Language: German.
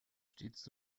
stets